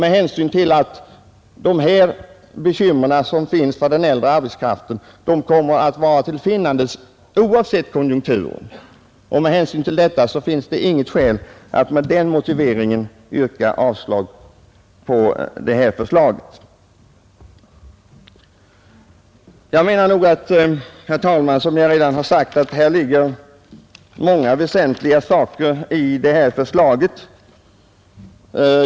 De bekymmer som finns för den äldre arbetskraften kommer att vara till finnandes oavsett konjunkturen. Det finns alltså inte skäl att med denna motivering avslå det här förslaget. Som jag redan har sagt, ligger det många väsentliga saker i det här förslaget.